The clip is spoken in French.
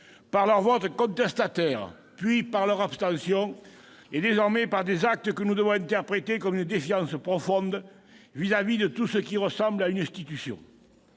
par leur vote contestataire, puis par leur abstention et, désormais, par des actes que nous devons interpréter comme une défiance profonde à l'égard de tout ce qui ressemble à une institution.